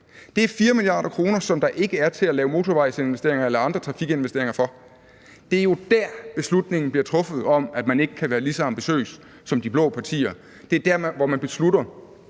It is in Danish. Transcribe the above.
Det er 4 mia. kr., som der ikke er til at lave motorvejsinvesteringer eller andre trafikinvesteringer for. Det er jo der, beslutningen om, at man ikke kan være lige så ambitiøs som de blå partier, bliver truffet. Det er der, hvor man beslutter,